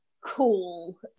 cool